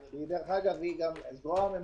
גם ככה הוא נמוך מאוד וגורם לכל